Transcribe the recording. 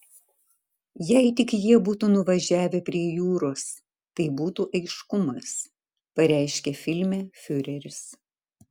jei tik jie būtų nuvažiavę prie jūros tai būtų aiškumas pareiškia filme fiureris